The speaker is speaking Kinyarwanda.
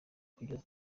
kugeza